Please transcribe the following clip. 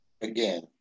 Again